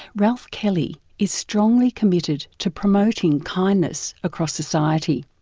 ralph kelly is strongly committed to promoting kindness across society.